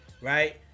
right